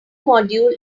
module